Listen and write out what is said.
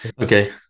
Okay